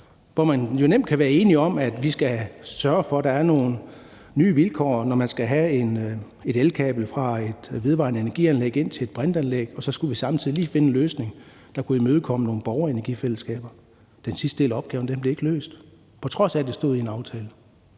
kan jo nemt være enige om, at vi skal sørge for, at der er nogle nye vilkår, når man skal have et elkabel fra et vedvarende energi-anlæg ind til et brintanlæg. Så skulle vi samtidig lige finde en løsning, der kunne imødekomme nogle borgerenergifællesskaber. Den sidste del af opgaven blev ikke løst, på trods af at det stod i en aftale.